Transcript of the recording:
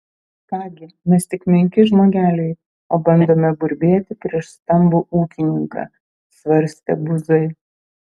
ką gi mes tik menki žmogeliai o bandome burbėti prieš stambų ūkininką svarstė buzai